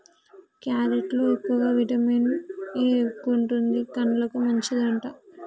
carrot లో ఎక్కువగా vitamin A ఎక్కువుంటది, కండ్లకు మంచిదట